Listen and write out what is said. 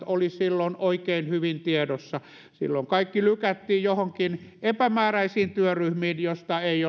olivat silloin oikein hyvin tiedossa silloin kaikki lykättiin joihinkin epämääräisiin työryhmiin joista ei